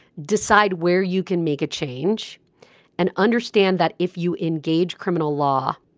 decide where you can make a change and understand that if you engage criminal law,